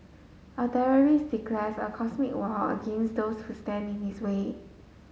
a terrorist declares a cosmic war against those who stand in his way